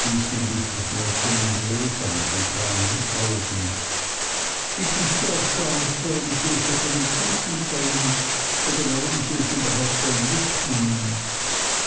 hieß nämlich das mädchen in rosa mit den kleinen augen ich wüßte auch gar nicht warum sie es hätten empfinden sollen oder warum sie es überhaupt ein glück nennen